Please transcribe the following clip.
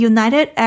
United